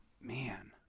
man